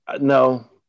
no